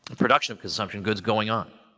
production consumption goods going on.